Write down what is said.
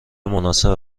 مناسب